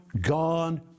Gone